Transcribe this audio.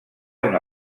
una